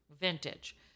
Vintage